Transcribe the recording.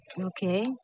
Okay